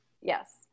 Yes